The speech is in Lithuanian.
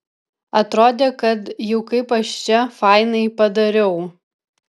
atrodė kad juk kaip aš čia fainai padariau